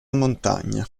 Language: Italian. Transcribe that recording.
montagna